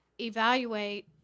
evaluate